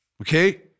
okay